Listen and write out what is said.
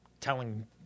telling